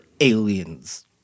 Aliens